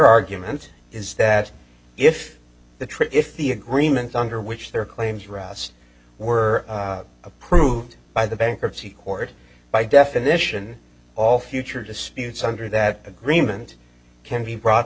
argument is that if the trip if the agreement under which their claims routes were approved by the bankruptcy court by definition all future disputes under that agreement can be brought